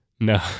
No